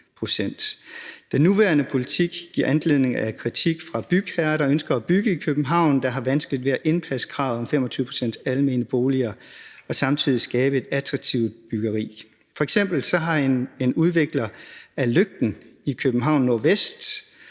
Den nuværende politik giver anledning til kritik fra bygherrer, der ønsker at bygge i København, som har vanskeligt ved at indpasse kravet om 25 pct. almene boliger og samtidig skabe et attraktivt byggeri. F.eks. har en udvikler af Lygten i Københavns